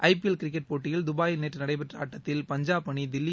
ஜ P L cricket போட்டியில் தபாயில் நேற்று நடைபெற்ற ஆட்டத்தில் பஞ்சாப் அணி தில்லி